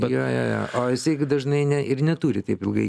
jo jo jo o jisai dažnai ne ir neturi taip ilgai